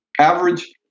average